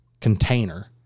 container